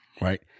right